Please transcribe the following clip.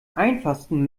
einfachsten